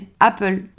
Apple